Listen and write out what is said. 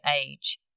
age